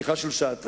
שיחה של שעתיים,